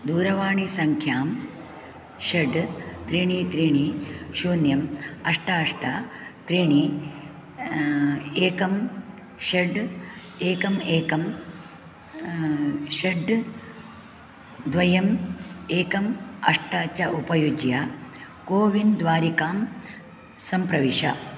दूरवाणीसङ्ख्यां षट् त्रीणि त्रीणि शून्यं अष्ट अष्ट त्रीणि एकं षट् एकं एकं षड् द्वयं एकं अष्ट च उपयुज्य कोविन् द्वारिकां सम्प्रविश